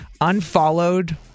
unfollowed